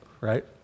right